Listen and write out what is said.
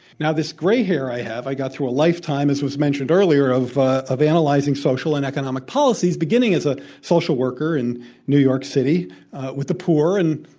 now, this gray hair i have, i got through a lifetime, as was mentioned earlier, of ah of analyzing social and economic policies, beginning as a social worker in new york city with the poor, and